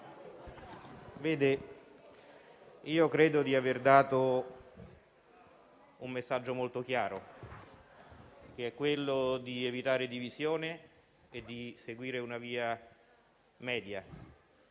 Presidente, credo di aver dato un messaggio molto chiaro, ovvero quello di evitare divisione e di seguire una via mediana.